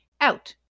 out